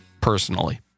personally